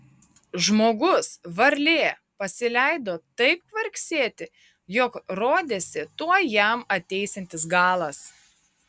žmogus varlė pasileido taip kvarksėti jog rodėsi tuoj jam ateisiantis galas